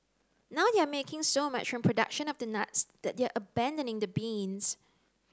now they're making so much from production of the nuts that they're abandoning the beans